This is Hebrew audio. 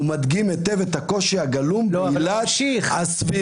ומדגים היטב את הקושי הגלום בעילת הסבירות המהותית".